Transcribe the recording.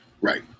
Right